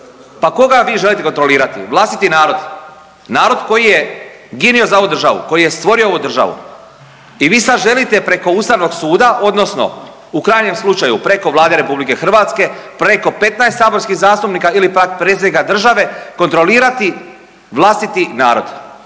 Pa koga vi želite kontrolirati, vlastiti narod? Narod koji je ginio za ovu državu, koji je stvorio ovu državu i vi sad želite preko Ustavnog suda odnosno u krajnjem slučaju preko Vlade RH, preko 15 saborskih zastupnika ili pak predsjednika države kontrolirati vlastiti narod.